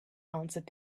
answered